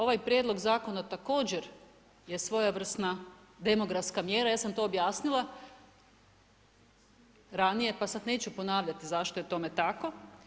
Ovaj prijedlog zakon je također svojevrsna demografska mjera, ja sam to objasnila ranije pa sad neću ponavljati zašto je tome tako.